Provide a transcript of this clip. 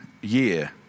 year